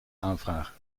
aanvragen